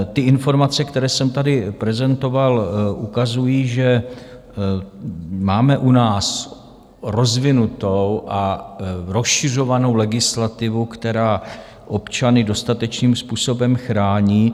Ty informace, které jsem tady prezentoval, ukazují, že máme u nás rozvinutou a rozšiřovanou legislativu, která občany dostatečným způsobem chrání.